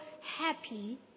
happy